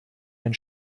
ein